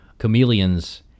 Chameleons